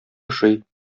ошый